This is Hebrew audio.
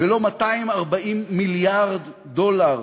ולא 240 מיליארד דולר